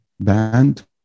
band